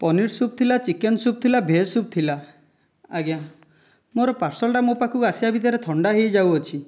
paneer soup ଥିଲା chicken soup ଥିଲା veg soup ଥିଲା ଆଜ୍ଞା ମୋର ପାର୍ସଲ୍ ଟା ମୋ ପାଖକୁ ଆସିବା ଭିତରେ ଥଣ୍ଡା ହୋଇଯାଉ ଅଛି